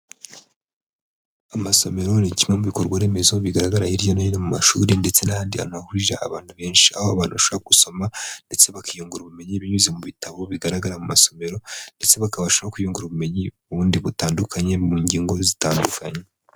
Amasomero ni kimwe mu bikorwa remezo bigaragara hirya no hino mu mashuri ndetse n'ahandi hantu hahurije abantu benshi, aho abantu bashahora gusoma ndetse bakiyungura ubumenyi, binyuze mu bitabo bigaragara mu masomero, ndetse bakabasha no kwiyungura ubumenyi bundi butandukanye, mu ngingo zitandukanye.